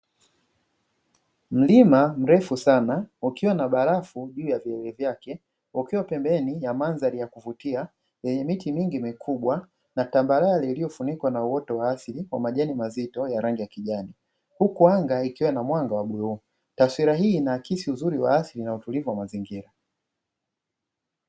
Mlima mrefu sana ukiwa na barafu juu ya vilele vyake, ukiwa pembeni ya mandhari ya kuvutia yenye miti mingi mikubwa na tambarare iliyofunikwa na uoto wa asili wa majani mazito ya rangi ya kijani. Huku anga likiwa na mwanga wa bluu. Taswira hii inaakisi uzuri wa asili na utulivu wa mazingira.